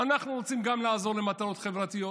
אנחנו רוצים גם לעזור למטרות חברתיות.